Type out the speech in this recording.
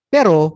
Pero